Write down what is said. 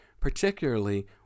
particularly